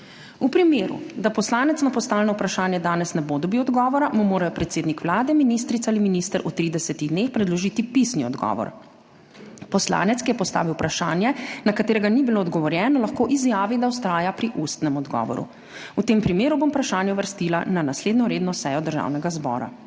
V primeru, da poslanec na postavljeno vprašanje danes ne bo dobil odgovora, mu mora predsednik Vlade, ministrica ali minister v tridesetih dneh predložiti pisni odgovor. Poslanec, ki je postavil vprašanje, na katerega ni bilo odgovorjeno, lahko izjavi, da vztraja pri ustnem odgovoru. V tem primeru bom vprašanje uvrstila na naslednjo redno sejo Državnega zbora.